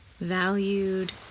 valued